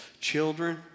children